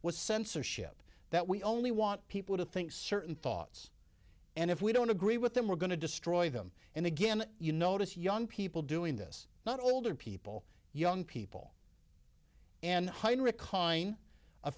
was censorship that we only want people to think certain thoughts and if we don't agree with them we're going to destroy them and again you notice young people doing this not older people young people and heinrich